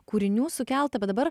kūrinių sukelta bet dabar